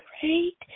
great